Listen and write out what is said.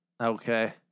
Okay